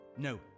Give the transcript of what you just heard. No